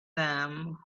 them